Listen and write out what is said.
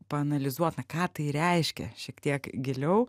paanalizuot na ką tai reiškia šiek tiek giliau